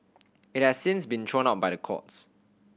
it has since been thrown out by the courts